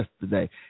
yesterday